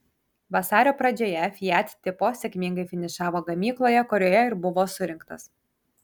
vasario pradžioje fiat tipo sėkmingai finišavo gamykloje kurioje ir buvo surinktas